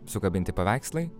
sukabinti paveikslai